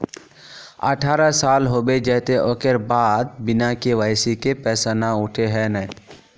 अठारह साल होबे जयते ओकर बाद बिना के.वाई.सी के पैसा न उठे है नय?